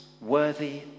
worthy